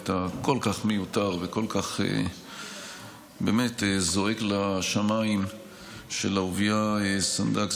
הכל-כך מיותר וכל כך באמת זועק לשמיים של אהוביה סנדק,